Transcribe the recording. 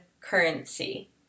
currency